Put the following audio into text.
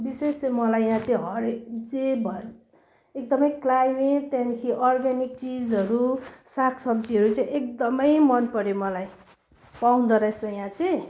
विशेष चाहिँ मलाई यहाँ चाहिँ अरे चाहिँ एकदमै क्लाइमेट त्यहाँदेखि अर्ग्यानिक चिजहरू सागसब्जीहरू चाहिँ एकदमै मनपऱ्यो मलाई पाउँदोरहेछ यहाँ चाहिँ